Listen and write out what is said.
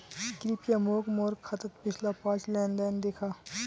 कृप्या मोक मोर खातात पिछला पाँच लेन देन दखा